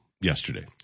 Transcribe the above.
yesterday